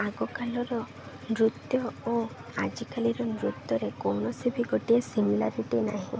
ଆଗକାଲର ନୃତ୍ୟ ଓ ଆଜିକାଲିର ନୃତ୍ୟରେ କୌଣସି ବି ଗୋଟିଏ ସିମିଲାରିଟି ନାହିଁ